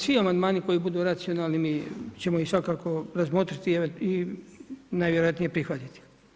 Svi amandmani koji budu racionalni mi ćemo ih svakako razmotriti i najvjerojatnije prihvatiti.